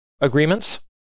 agreements